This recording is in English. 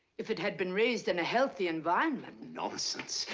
if it had been raised in a healthy environment nonsense.